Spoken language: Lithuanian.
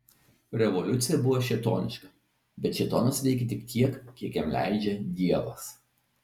revoliucija buvo šėtoniška bet šėtonas veikia tik tiek kiek jam leidžia dievas